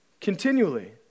continually